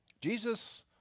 Jesus